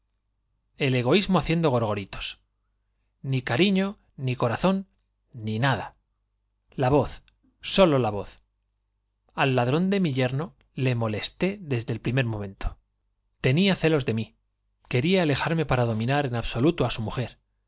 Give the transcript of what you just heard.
el egoísmo haciendo gorgoritos ni cariño ni corazón ni nada la voz sólo la voz al ladrón de mi yerno le molesté desde el primer momento tenía celos de mí quería alejarme para dominar en abso luto á su mujer